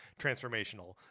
transformational